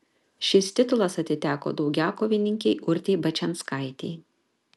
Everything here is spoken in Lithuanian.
šis titulas atiteko daugiakovininkei urtei bačianskaitei